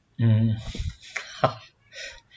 mm